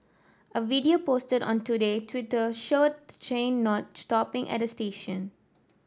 a video posted on Today Twitter showed the train not stopping at the station